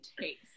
taste